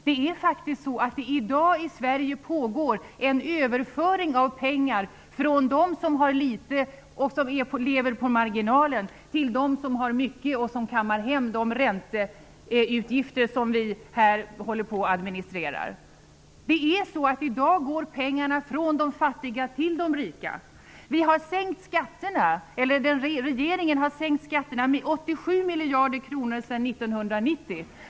Det är faktiskt så att det i dag i Sverige pågår en överföring av pengar från dem som har litet och som lever på marginalen till dem som har mycket och som kammar hem de ränteutgifter som vi här håller på och administrerar. I dag går pengarna från de fattiga till de rika. Regeringen har sedan 1990 sänkt skatterna med 87 miljarder kronor.